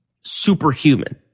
superhuman